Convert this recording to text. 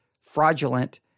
fraudulent